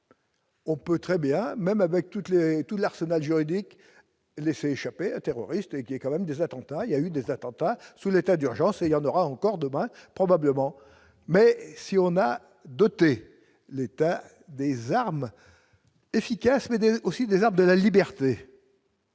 On peut très bien même avec toutes les tout l'arsenal juridique laisse échapper un terroriste qui est quand même des attentats, il y a eu des attentats sur l'état d'urgence et il y en aura encore, demain, probablement, mais si on a doté l'état des armes efficaces mais aussi des de la liberté.